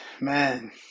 man